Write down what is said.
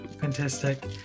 fantastic